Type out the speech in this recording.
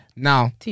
Now